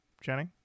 jenny